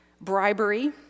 bribery